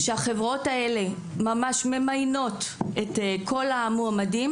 שהחברות האלה ממש ממיינות את כל המועמדים